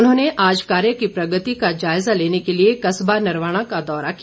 उन्होंने आज कार्य की प्रगति का जायजा लेने के लिए कस्बा नरवाणा का दौरा किया